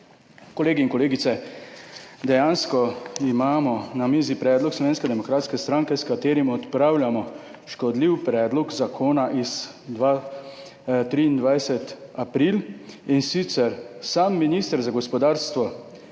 kolegi in kolegice! Dejansko imamo na mizi predlog Slovenske demokratske stranke s katerim odpravljamo škodljiv predlog zakona iz 2023 april, In sicer sam minister za gospodarstvo